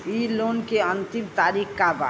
इ लोन के अन्तिम तारीख का बा?